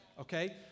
Okay